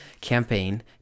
campaign